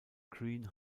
green